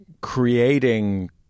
creating